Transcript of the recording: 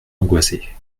angoissé